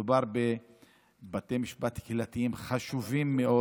מדובר בבתי משפט קהילתיים חשובים מאוד.